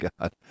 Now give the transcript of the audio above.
God